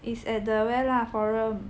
it's at the where lah Forum